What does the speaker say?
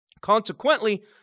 Consequently